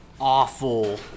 Awful